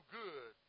good